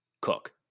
Cook